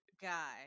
Guy